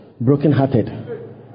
broken-hearted